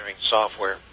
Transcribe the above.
software